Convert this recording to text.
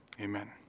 Amen